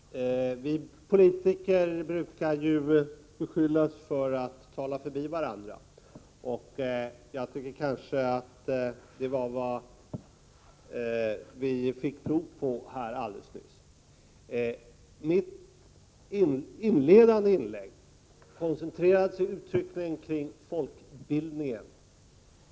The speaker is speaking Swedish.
Herr talman! Vi politiker brukar beskyllas för att prata förbi varandra. Det är väl vad vi fick prov på alldeles nyss här. I mitt inledande inlägg koncentrerade jag mig uttryckligen på den fria folkbildningen.